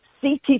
CT